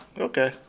Okay